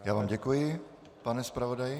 Já vám děkuji, pane zpravodaji.